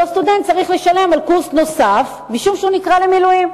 אותו סטודנט צריך לשלם על קורס נוסף משום שהוא נקרא למילואים.